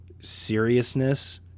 seriousness